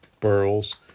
burls